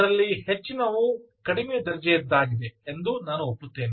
ಅದರಲ್ಲಿ ಹೆಚ್ಚಿನವು ಕಡಿಮೆ ದರ್ಜೆಯದ್ದಾಗಿದೆ ಎಂದು ನಾನು ಒಪ್ಪುತ್ತೇನೆ